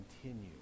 continue